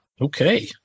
Okay